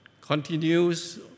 continues